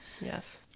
Yes